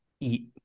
eat